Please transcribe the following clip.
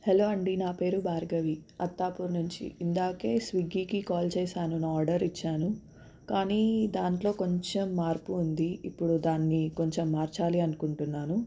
hello అండి నా పేరు భార్గవి అత్తాపూర్ నుంచి ఇందాకే స్విగ్గికి కాల్ చేశాను నా ఆర్డర్ ఇచ్చాను కానీ దాంట్లో కొంచెం మార్పు ఉంది ఇప్పుడు దాన్ని కొంచెం మార్చాలి అనుకుంటున్నాను